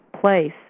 place